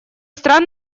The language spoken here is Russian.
стран